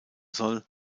soll